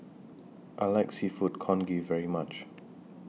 I like Seafood Congee very much